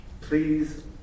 please